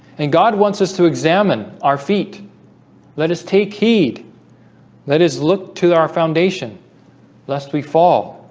and god wants us to examine our feet let us take heed that is look to our foundation lest we fall